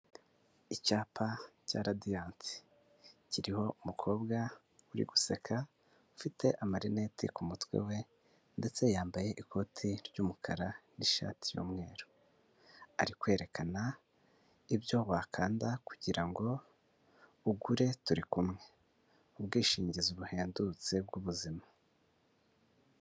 Icyapa cya Radiyanti kiriho umukobwa uri guseka ufite amarineti ku mutwe we ndetse yambaye ikoti ry'umukara n'ishati y'umweru, ari kwerekana ibyo wakanda kugira ngo ugure turi kumwe ubwishingizi buhendutse bw'ubuzima.